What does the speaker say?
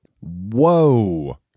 Whoa